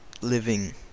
living